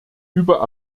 über